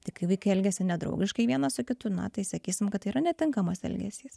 tai kai vaikai elgiasi nedraugiškai vienas su kitu na tai sakysim kad tai yra netinkamas elgesys